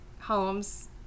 homes